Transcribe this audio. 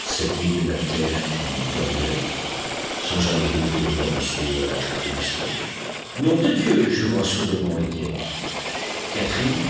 cette nuit de la terre qu'ils dormiraient sans jamais rouvrir leurs yeux à la clarté du soleil nom de dieu jura sourdement étienne catherine